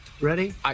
Ready